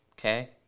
okay